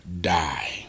die